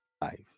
life